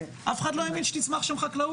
אף אחד לא האמין שתצמח שם חקלאות.